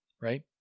right